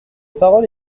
parole